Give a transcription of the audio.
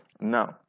now